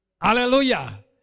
Hallelujah